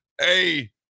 hey